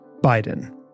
Biden